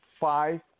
five